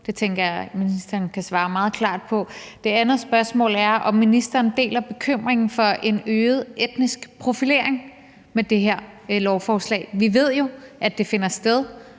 Det tænker jeg at ministeren kan svare meget klart på. Det andet spørgsmål er, om ministeren deler bekymringen for en øget etnisk profilering med det her lovforslag. Vi ved jo, at det finder sted